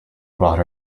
brought